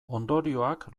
ondorioak